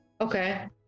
Okay